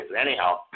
Anyhow